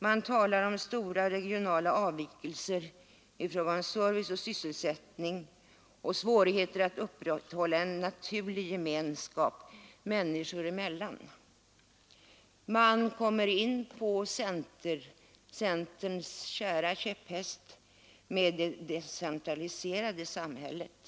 Man talar om stora regionala avvikelser i fråga om service och sysselsättning samt om svårigheterna att upprätthålla en naturlig gemenskap människor emellan. Man kommer in på centerns kära käpphäst, det decentraliserade samhället.